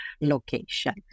location